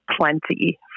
plenty